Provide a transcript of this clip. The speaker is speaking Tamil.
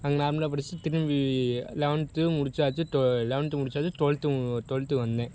அங்கே நார்மலாக படிச்சிட்டு திரும்பி லெவன்த்து முடிச்சாச்சு டு லெவன்த்து முடிச்சாச்சு டுவெல்த்து டுவெல்த்து வந்தேன்